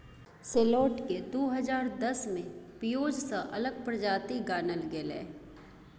सैलोट केँ दु हजार दस मे पिओज सँ अलग प्रजाति गानल गेलै